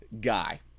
guy